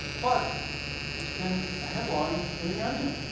but it's been a headline in the onion!